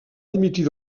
dimitir